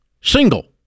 single